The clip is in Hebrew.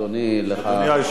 אדוני היושב-ראש,